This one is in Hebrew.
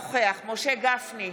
אינו נוכח משה גפני,